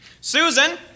Susan